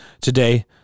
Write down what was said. today